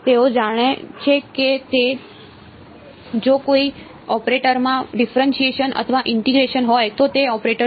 તેઓ જાણે છે કે જો કોઈ ઓપરેટરમાં ડિફેરએંશીએશન હોય તો તે ઓપરેટર છે